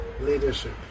leadership